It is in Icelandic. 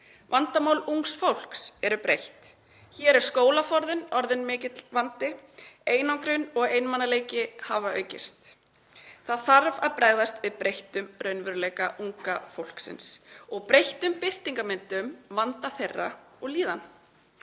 Vandamál ungs fólks eru breytt. Hér er skólaforðun orðin mikill vandi, einangrun og einmanaleiki hafa aukist. Það þarf að bregðast við breyttum raunveruleika unga fólksins og breyttum birtingarmyndum vanda þeirra og líðanar.